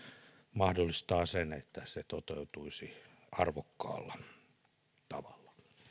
mahdollistaa sen että se toteutuisi arvokkaalla tavalla